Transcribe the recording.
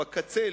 בקצה,